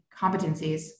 competencies